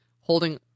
holding